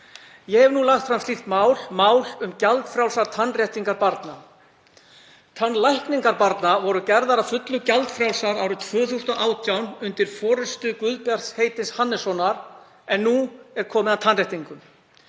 Ég hef nú lagt fram slíkt mál, mál um gjaldfrjálsar tannréttingar barna. Tannlækningar barna voru gerðar að fullu gjaldfrjálsar árið 2018 undir forystu Guðbjarts heitins Hannessonar, en nú er komið að tannréttingum.